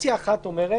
אופציה אחת אומרת: